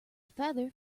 feather